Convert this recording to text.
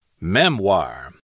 Memoir